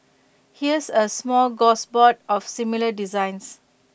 here's A smorgasbord of similar designs